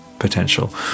potential